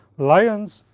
lions,